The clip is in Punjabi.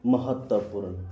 ਮਹੱਤਵਪੂਰਨ